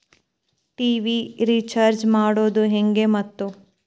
TV recharge ಮಾಡೋದು ಹೆಂಗ ಮತ್ತು?